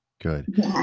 good